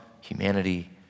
humanity